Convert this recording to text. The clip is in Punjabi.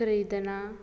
ਖਰੀਦਣਾ